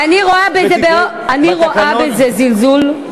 אני רואה בזה זלזול.